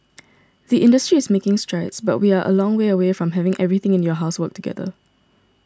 the industry is making strides but we are a long way away from having everything in your house work together